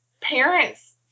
parents